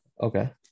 Okay